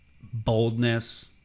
Boldness